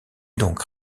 donc